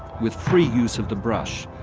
with free use of the brush,